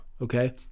Okay